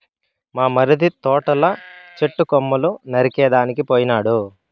మా మరిది తోటల చెట్టు కొమ్మలు నరికేదానికి పోయినాడు